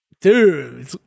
Dude